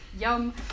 yum